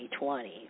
2020